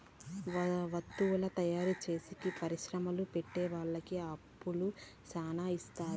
వత్తువుల తయారు చేసేకి పరిశ్రమలు పెట్టె వాళ్ళకి అప్పు శ్యానా ఇత్తారు